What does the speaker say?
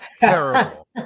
terrible